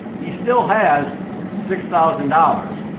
he still has six thousand dollars.